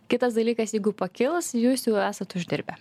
kitas dalykas jeigu pakils jūs jau esat uždirbę